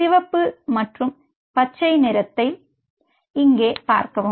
சிவப்பு மற்றும் பச்சை நிறத்தை இங்கே பார்க்கவும்